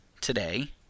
today